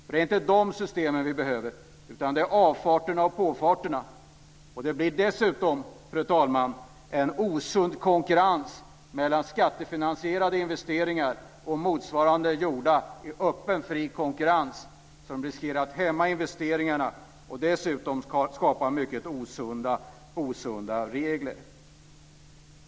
Det är inte de systemen som vi behöver, utan det är avfarterna och påfarterna. Det blir dessutom, fru talman, en osund konkurrens mellan skattefinansierade investeringar och motsvarande gjorda i öppen, fri konkurrens. Detta riskerar att hämma investeringarna och dessutom skapa mycket osunda regler.